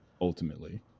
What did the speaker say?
ultimately